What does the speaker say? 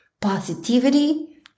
positivity